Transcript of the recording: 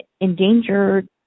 endangered